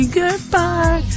goodbye